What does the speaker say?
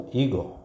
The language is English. ego